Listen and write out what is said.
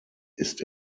ist